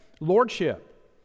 lordship